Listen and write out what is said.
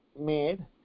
made